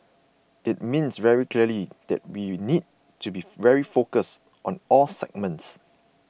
it means very clearly that we need to beef very focused on all segments